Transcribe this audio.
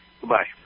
Goodbye